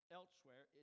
elsewhere